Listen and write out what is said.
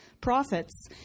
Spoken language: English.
profits